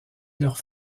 leurs